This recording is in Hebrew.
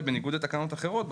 בניגוד לתקנות אחרות,